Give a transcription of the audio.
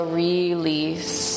release